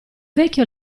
vecchio